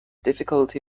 difficulty